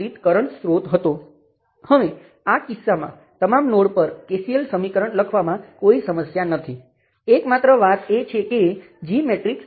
તેથી કરંટ ચલોનું જૂથ બનાવતી વખતે જો હું તેને ફરીથી ગોઠવું તો મારી પાસે I1 R12 Rm I2 × R12 R22 R 23 I3 × R23 Rm છે